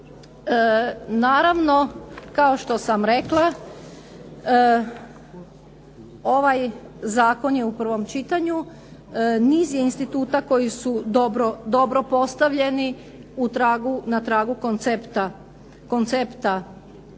Naravno kao što sam rekla, ovaj zakon je u prvom čitanju. Niz je instituta koji su dobro postavljeni na tragu koncepta